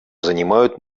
занимают